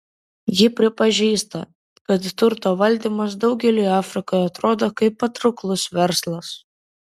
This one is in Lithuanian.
ji pripažįsta kad turto valdymas daugeliui afrikoje atrodo kaip patrauklus verslas